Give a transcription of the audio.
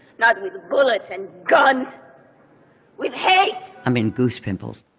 not with the bullets and guns with hate. i mean goose pimples.